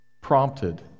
prompted